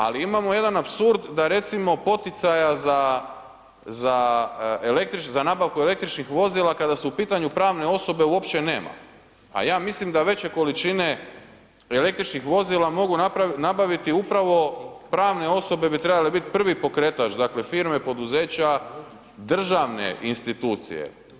Ali imamo jedan apsurd da recimo poticaja za nabavku električnih vozila kada su u pitanju pravne osobe uopće nema, a ja mislim da veće količine električnih vozila mogu nabaviti upravo pravne osobe bi trebale biti prvi pokretač dakle firme, poduzeća, državne institucije.